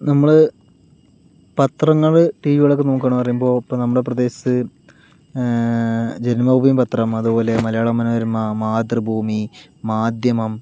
നമ്മൾ പത്രങ്ങൾ ടി വികളൊക്കെ നോക്കുകയാണെന്ന് പറയുമ്പോൾ ഇപ്പോൾ നമുടെ പ്രദേശത്ത് ജന്മഭൂമി പത്രം അതുപോലെ മലയാള മനോരമ മാതൃഭൂമി മാധ്യമം